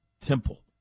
Temple